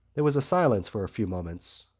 there was silence for a few moments.